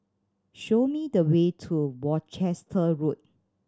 show me the way to Worcester Road